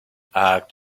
act